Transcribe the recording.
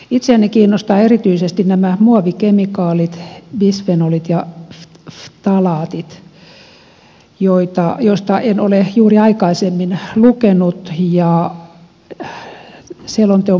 itseäni kiinnostavat erityisesti nämä muovikemikaalit bisfenolit ja ftalaatit joista en ole juuri aikaisemmin lukenut